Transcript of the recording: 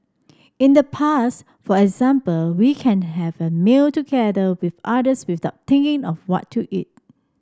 in the past for example we can have a meal together with others with of what to eat